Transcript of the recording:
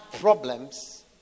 problems